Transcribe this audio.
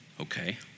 Okay